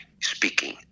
speaking